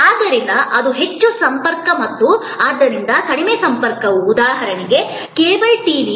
ಆದ್ದರಿಂದ ಅದು ಹೆಚ್ಚಿನ ಸಂಪರ್ಕ ಮತ್ತು ಆದ್ದರಿಂದ ಕಡಿಮೆ ಸಂಪರ್ಕವು ಉದಾಹರಣೆಗೆ ಕೇಬಲ್ ಟಿವಿ